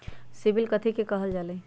CIBIL कथि के काहल जा लई?